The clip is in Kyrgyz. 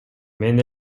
мен